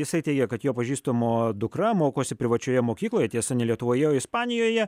jisai teigia kad jo pažįstamo dukra mokosi privačioje mokykloje tiesa ne lietuvoje o ispanijoje